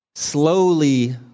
slowly